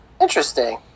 Interesting